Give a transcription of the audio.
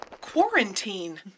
Quarantine